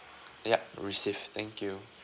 yup received thank you